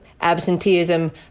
absenteeism